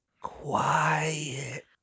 Quiet